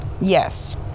Yes